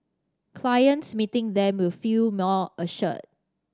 clients meeting them will feel more assured